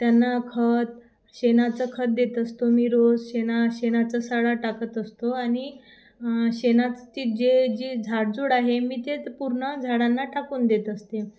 त्यांना खत शेणाचं खत देत असतो मी रोज शेणा शेणाचा सडा टाकत असतो आणि शेणाचची जे जी झाडझूड आहे मी ते पूर्ण झाडांना टाकून देत असते